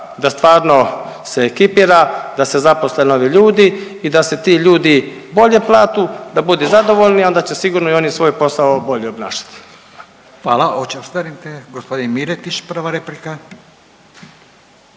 da stvarno se ekipira, da se zaposle novi ljudi i da se ti ljudi bolje platu, da budu zadovoljni onda će sigurno i oni svoj posao bolje obnašati. **Radin, Furio (Nezavisni)** Hvala, ostanite, gospodin Miletić prva replika.